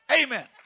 Amen